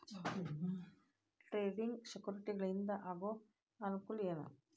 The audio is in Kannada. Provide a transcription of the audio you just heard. ಟ್ರೇಡಿಂಗ್ ಸೆಕ್ಯುರಿಟಿಗಳಿಂದ ಆಗೋ ಅನುಕೂಲ ಏನ